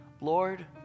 Lord